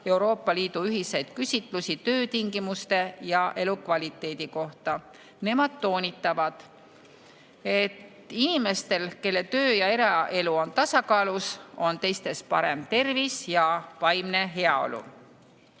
Euroopa Liidu ühiseid küsitlusi töötingimuste ja elukvaliteedi kohta. Nemad toonitavad, et inimestel, kelle töö- ja eraelu on tasakaalus, on teistest parem tervis ja vaimne heaolu.